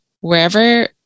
wherever